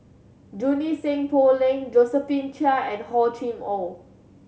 Junie Sng Poh Leng Josephine Chia and Hor Chim Or